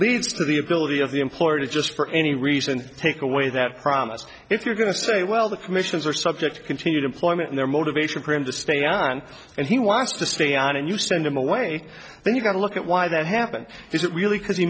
leads to the ability of the employer to just for any reason take away that promise if you're going to say well the commissions are subject to continued employment in their motivation for him to stay on and he wants to stay on and you send him away then you've got to look at why that happened is it really c